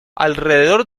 alrededor